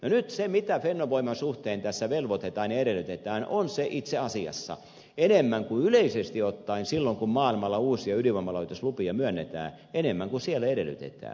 nyt se mitä fennovoiman suhteen tässä velvoitetaan ja edellytetään on itse asiassa enemmän kuin yleisesti ottaen silloin kun maailmalla uusia ydinvoimalaitoslupia myönnetään edellytetään